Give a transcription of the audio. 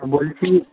বলছি